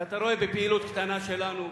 ואתה רואה בפעילות קטנה שלנו,